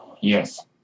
Yes